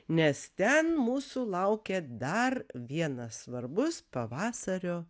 nes ten mūsų laukia dar vienas svarbus pavasario